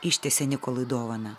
ištiesė nikolui dovaną